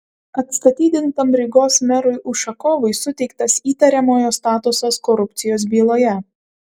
atstatydintam rygos merui ušakovui suteiktas įtariamojo statusas korupcijos byloje